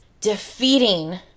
defeating